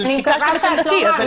אבל ביקשתם את עמדתי.